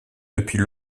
depuis